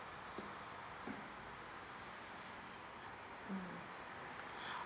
mm